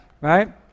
Right